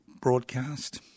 broadcast